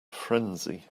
frenzy